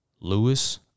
Lewis